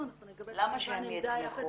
למה שהם יתמכו?